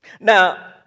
Now